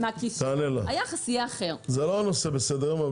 זה לא הנושא בסדר-היום.